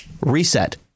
Reset